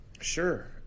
Sure